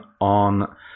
on